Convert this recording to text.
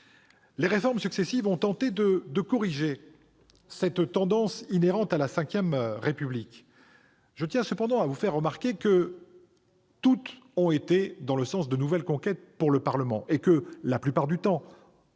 Les réformes successives ont tenté de corriger cette tendance inhérente à la V République. Je tiens cependant à souligner qu'elles ont toutes été menées dans le sens de nouvelles conquêtes pour le Parlement et que, la plupart du temps,